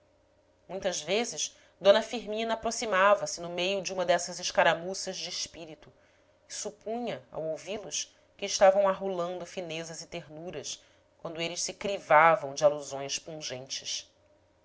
muitas vezes d firmina aproximava-se no meio de uma dessas escaramuças de espírito e supunha ao ouvi los que estavam arrulando finezas e ternuras quando eles se crivavam de alusões pungentes